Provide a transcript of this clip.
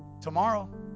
tomorrow